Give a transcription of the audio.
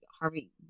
Harvey